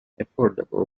affordable